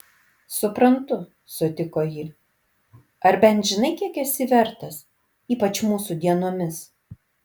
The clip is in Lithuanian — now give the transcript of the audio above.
suprantu sutiko ji ar bent žinai kiek esi vertas ypač mūsų dienomis